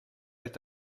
est